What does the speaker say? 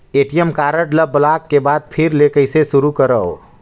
ATM card ल block के बाद फिर ले कइसे शुरू करव?